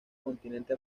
continente